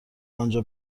آنجا